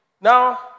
Now